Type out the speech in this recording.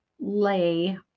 lay